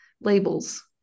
labels